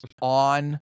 on